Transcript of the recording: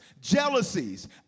jealousies